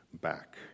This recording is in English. back